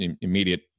immediate